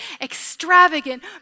extravagant